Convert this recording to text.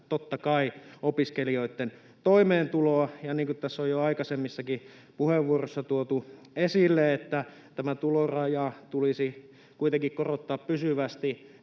totta kai, opiskelijoiden toimeentuloon. Ja niin kuin tässä on jo aikaisemmissakin puheenvuoroissa tuotu esille, että tämä tuloraja tulisi kuitenkin korottaa pysyvästi,